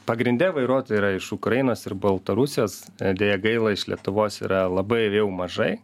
pagrinde vairuotojai yra iš ukrainos ir baltarusijos deja gaila iš lietuvos yra labai mažai